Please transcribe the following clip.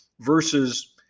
versus